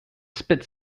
spit